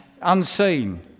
unseen